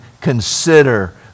consider